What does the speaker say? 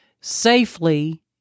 safely